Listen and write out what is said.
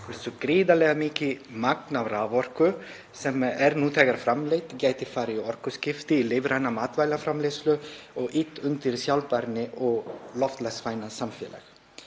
hversu gríðarlega mikið magn af raforku sem er nú þegar framleitt gæti farið í orkuskipti, í lífræna matvælaframleiðslu og ýtt undir sjálfbærni og loftslagsvænna samfélag.